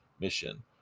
mission